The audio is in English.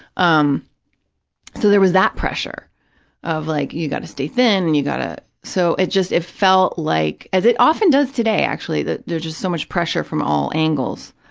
um so, there was that pressure of like, you've got to stay thin and you've got to, so it just, it felt like, as it often does today, actually, that there's just so much pressure from all angles.